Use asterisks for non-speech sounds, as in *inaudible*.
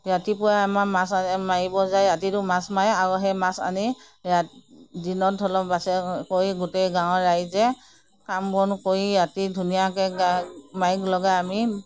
ৰাতিপুৱা আমাৰ মাছ মাৰিব যায় ৰাতিটো মাছ মাৰে আৰু সেই মাছ আনি ৰাতি দিনত *unintelligible* কৰি গোটেই গাওঁৰ ৰাইজে কাম বন কৰি ৰাতি ধুনীয়াকৈ গাৱঁত মাইক লগাই আমি